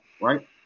right